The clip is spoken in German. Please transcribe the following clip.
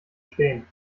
stehen